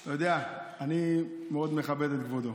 אתה יודע, אני מאוד מכבד את כבודו,